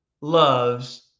loves